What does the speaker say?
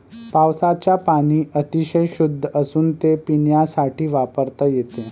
पावसाचे पाणी अतिशय शुद्ध असून ते पिण्यासाठी वापरता येते